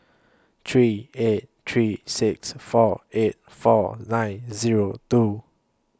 three eight three six four eight four nine Zero two